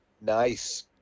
Nice